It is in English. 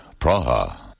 Praha